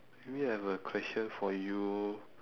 maybe I have a question for you